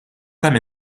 kemm